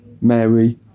Mary